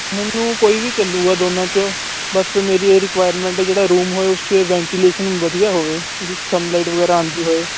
ਮੈਨੂੰ ਕੋਈ ਵੀ ਚੱਲੂਗਾ ਦੋਨਾਂ 'ਚੋਂ ਬਸ ਮੇਰੀ ਇਹ ਰਿਕੁਆਇਰਮੈਂਟ ਜਿਹੜਾ ਇਹ ਰੂਮ ਹੋਏ ਉਸ 'ਚ ਵੈਂਟੀਲੇਸ਼ਨ ਵਧੀਆ ਹੋਵੇ ਉਹਦੇ 'ਚ ਸਨਲਾਈਟ ਵਗੈਰਾ ਆਉਂਦੀ ਹੋਏ